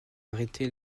arrêté